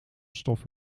stof